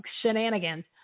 shenanigans